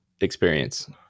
experience